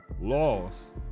loss